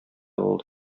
булды